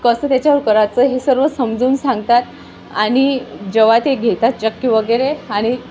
कसं त्याच्यावर कराचं हे सर्व समजून सांगतात आणि जेव्हा ते घेतात चक्के वगैरे आणि